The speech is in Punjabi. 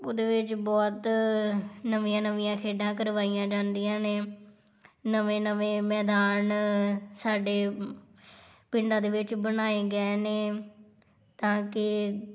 ਉਹਦੇ ਵਿਚ ਬਹੁਤ ਨਵੀਆਂ ਨਵੀਆਂ ਖੇਡਾਂ ਕਰਵਾਈਆਂ ਜਾਂਦੀਆਂ ਨੇ ਨਵੇਂ ਨਵੇਂ ਮੈਦਾਨ ਸਾਡੇ ਪਿੰਡਾਂ ਦੇ ਵਿੱਚ ਬਣਾਏ ਗਏ ਨੇ ਤਾਂ ਕਿ